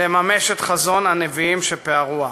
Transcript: לממש את חזון הנביאים שפיארוה,